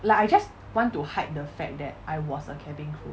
like I just want to hide the fact that I was a cabin crew